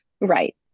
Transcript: Right